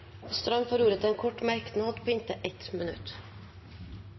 får ordet til en kort merknad, begrenset til 1 minutt.